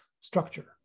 structure